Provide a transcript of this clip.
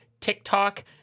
tiktok